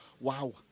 Wow